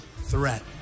threat